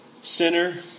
sinner